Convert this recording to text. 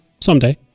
Someday